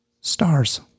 Stars